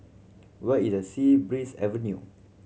where is the Sea Breeze Avenue